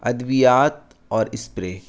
ادویات اور اسپرے